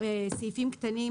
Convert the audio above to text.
סעיפים קטנים